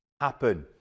happen